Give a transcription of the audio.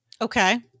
okay